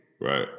Right